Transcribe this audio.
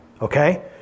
Okay